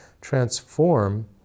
transform